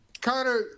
Connor